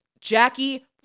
Jackie